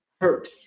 hurt